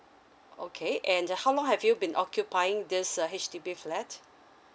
okay and how long have you been occupying this a H_D_B flat